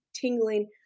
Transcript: tingling